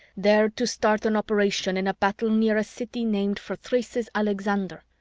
there to start an operation in a battle near a city named for thrace's alexander,